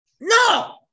no